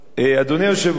אדוני היושב-ראש,